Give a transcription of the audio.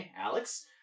Alex